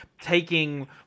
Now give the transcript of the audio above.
taking